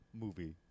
movie